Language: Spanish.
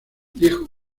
dijo